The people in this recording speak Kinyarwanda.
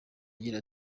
agira